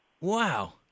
Wow